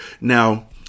Now